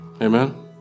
amen